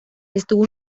estuvo